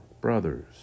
brothers